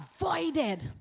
avoided